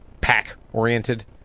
pack-oriented